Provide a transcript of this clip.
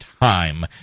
time